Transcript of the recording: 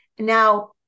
Now